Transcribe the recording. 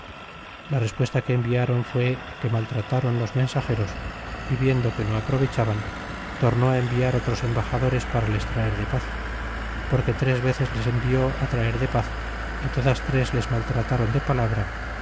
la respuesta que enviaron fué que maltrataron los mensageros y viendo que no aprovechaban tornó enviar otros embaxadores para les traer de paz porque tres veces les envió traer de paz y todas tres les maltratron de palabra